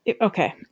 Okay